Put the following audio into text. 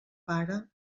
pare